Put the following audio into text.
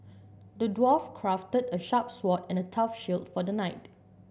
the dwarf crafted a sharp sword and tough shield for the knight